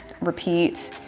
repeat